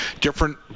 different